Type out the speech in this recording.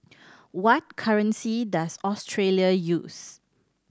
what currency does Australia use